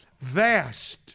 Vast